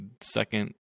second